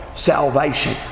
Salvation